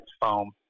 foam